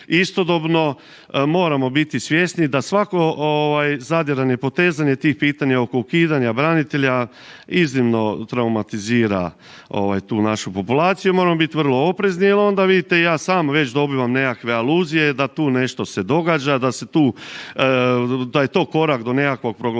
istodobno moramo biti svjesni da svako zadiranje i potezanje tih pitanja oko ukidanja branitelja, iznimno traumatizira tu našu populaciju, moramo biti vrlo oprezni jer onda vidite, ja sam već dobivam nekakve aluzije da tu nešto se događa, da je to korak do nekakvog proglašenja